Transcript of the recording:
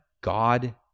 God